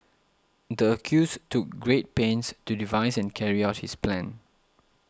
the accused took great pains to devise and carry out his plan